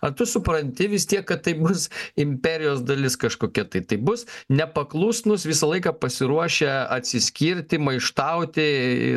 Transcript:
ar tu supranti vis tiek kad tai bus imperijos dalis kažkokia tai tai bus nepaklusnūs visą laiką pasiruošę atsiskirti maištauti